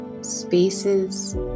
spaces